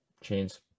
chains